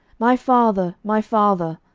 my father, my father,